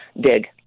dig